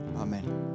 Amen